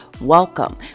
welcome